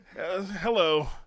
Hello